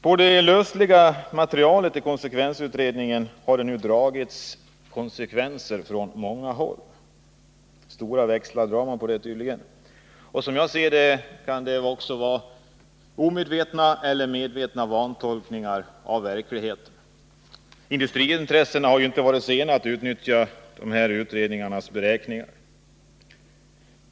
På det lösliga materialet i konsekvensutredningen har det nu på många håll dragits stora växlar. Som jag ser det har, medvetet eller omedvetet, vantolkningar av verkligheten förekommit. Industriintressena har ju inte varit sena att utnyttja utredningens beräkningar.